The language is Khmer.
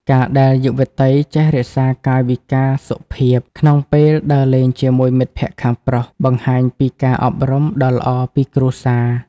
ការដែលយុវតីចេះ "រក្សាកាយវិការសុភាព" ក្នុងពេលដើរលេងជាមួយមិត្តភក្តិខាងប្រុស បង្ហាញពីការអប់រំដ៏ល្អពីគ្រួសារ។